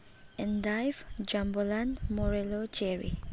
endive ꯖꯝꯕꯨꯂꯟ ꯃꯣꯔꯦꯂꯣ cherry